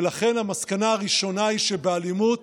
לכן המסקנה הראשונה היא שבאלימות